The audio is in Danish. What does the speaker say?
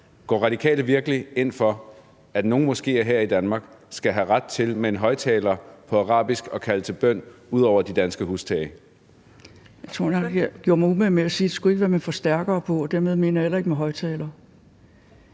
Går Radikale virkelig ind for, at nogle moskéer her i Danmark skal have ret til med en højtaler på arabisk at kalde til bøn ud over de danske hustage?